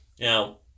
Now